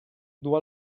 duu